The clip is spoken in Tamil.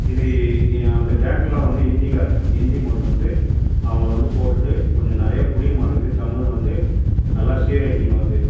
இது அந்த பேங்க் எல்லாம் வந்து இந்திக்காரவங்க இந்தி மொழி வந்து அவங்கள வந்து போட்டுவிட்டு கொஞ்சம் நிறையா புரியமாட்டுக்குது தமிழ் வந்து நல்லா சீரழிஞ்சிக்கினு வருது